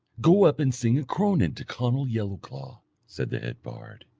go up and sing a cronan to conall yellowclaw said the head bard.